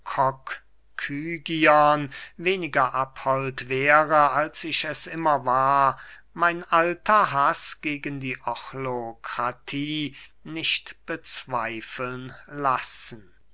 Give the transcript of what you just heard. weniger abhold wäre als ich es immer war mein alter haß gegen die ochlokratie nicht bezweifeln lassen